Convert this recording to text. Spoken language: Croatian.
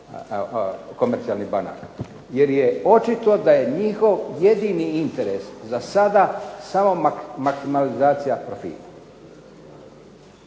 komercijalnih banaka jer je očito da je njihov jedini interes za sada samo maksimalizacija profita